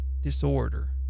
disorder